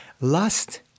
Lust